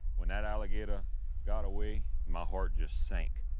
when that alligator got away, my heart just sank.